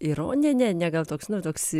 ironija ne ne gal toks nu toks